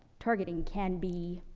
targeting can be,